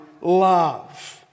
love